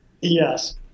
Yes